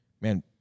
man